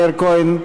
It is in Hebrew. מאיר כהן,